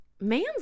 Man's